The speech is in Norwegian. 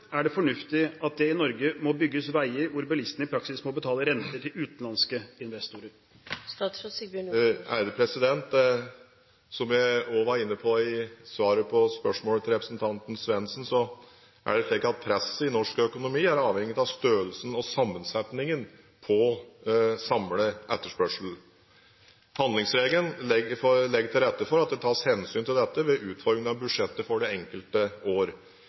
er det fornuftig at det i Norge må bygges veier hvor bilistene i praksis må betale renter til utenlandske investorer?» Som jeg også var inne på i svaret på spørsmålet til representanten Svendsen, er det slik at presset i norsk økonomi er avhengig av størrelsen og sammensetningen på samlet etterspørsel. Handlingsregelen legger til rette for at det tas hensyn til dette ved utforming av budsjettet for det enkelte år.